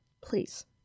please